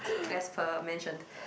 as per mentioned